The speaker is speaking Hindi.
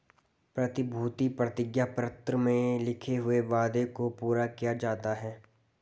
प्रतिभूति प्रतिज्ञा पत्र में लिखे हुए वादे को पूरा किया जाता है